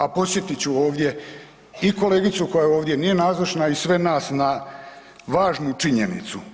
A podsjetit ću ovdje i kolegicu koja ovdje nije nazočna i sve nas na važnu činjenicu.